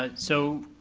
but so,